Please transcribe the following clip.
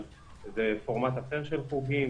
אבל זה פורמט אחר של חוגים,